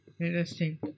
Interesting